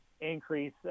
increase